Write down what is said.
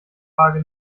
tage